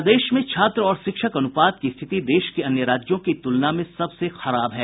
प्रदेश में छात्र और शिक्षक अनुपात की स्थिति देश के अन्य राज्यों की तुलना में सबसे खराब है